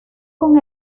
con